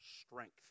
strength